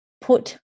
put